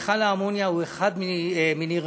מכל האמוניה הוא אחד מני רבים,